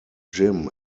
jim